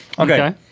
okay.